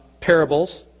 parables